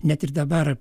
net ir dabar